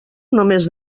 només